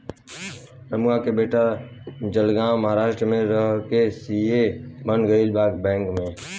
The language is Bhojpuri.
रमुआ के बेटा जलगांव महाराष्ट्र में रह के सी.ए बन गईल बा बैंक में